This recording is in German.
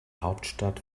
hauptstadt